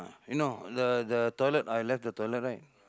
no the the toilet I left the toilet right